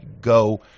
go